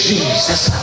Jesus